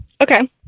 Okay